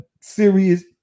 serious